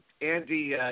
Andy